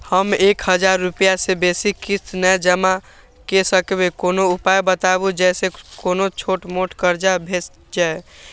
हम एक हजार रूपया से बेसी किस्त नय जमा के सकबे कोनो उपाय बताबु जै से कोनो छोट मोट कर्जा भे जै?